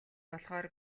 болохоор